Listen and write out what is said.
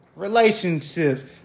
relationships